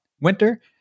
winter